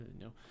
no